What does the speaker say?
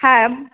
হ্যাঁ